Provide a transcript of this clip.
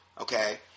okay